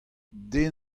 den